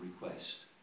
request